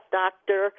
doctor